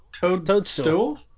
toadstool